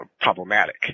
problematic